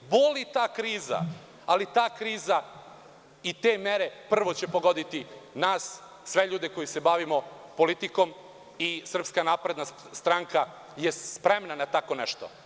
Boli ta kriza, ali ta kriza i te mere prvo će pogoditi nas, sve ljude koji se bavimo politikom i SNS je spremna na tako nešto.